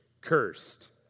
cursed